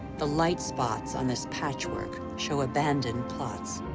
the light spots on this patchwork show abandoned plots.